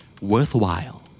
Worthwhile